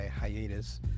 hiatus